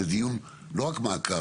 זה לא רק מעקב,